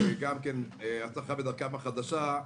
הצלחה בדרכם החדשה.